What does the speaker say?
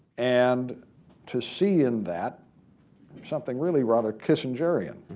and to see in that something really rather kissingerian,